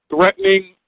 threatening